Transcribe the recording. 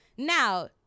Now